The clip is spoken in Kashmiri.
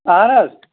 اَہَن حظ